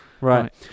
right